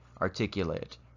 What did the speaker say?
articulate